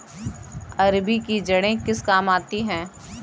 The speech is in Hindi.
अरबी की जड़ें किस काम आती हैं?